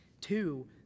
Two